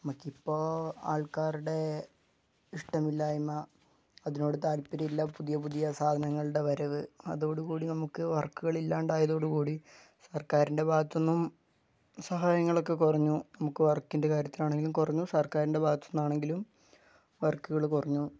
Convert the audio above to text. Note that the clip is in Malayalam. നമുക്കിപ്പോൾ ആൾക്കാരുടെ ഇഷ്ടമില്ലായ്മ അതിനോട് താൽപര്യം ഇല്ല പുതിയ പുതിയ സാധനങ്ങളുടെ വരവ് അതോടുകൂടി നമുക്ക് വർക്കുകളില്ലാണ്ടായതോടുകൂടി സർക്കാരിൻ്റെ ഭാഗത്ത് നിന്നും സഹായങ്ങളൊക്കെ കുറഞ്ഞു നമുക്ക് വർക്കിൻ്റെ കാര്യത്തിലാണെങ്കിലും കുറഞ്ഞു സർക്കാരിൻ്റെ ഭാഗത്ത് നിന്നാണെങ്കിലും വർക്കുകള് കുറഞ്ഞു